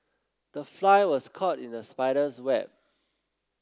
the fly was caught in the spider's web